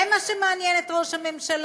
זה מה שמעניין את ראש הממשלה,